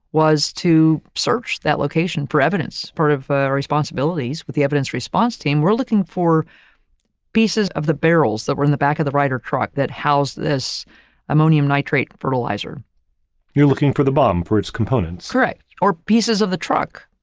was to search that location for evidence, part of ah responsibilities with the evidence response team, we're looking for pieces of the barrels that were in the back of the ryder truck that housed this ammonium nitrate fertilizer rosenberg you're looking for the bomb, for its components. or pieces of the truck.